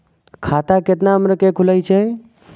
खाता केतना उम्र के खुले छै?